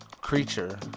creature